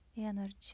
energy